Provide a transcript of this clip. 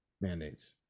mandates